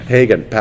Hagen